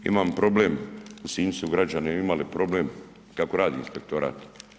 Imam problem, u Sinju su građani imali problem kako radi inspektorat.